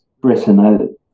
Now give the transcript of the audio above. Britain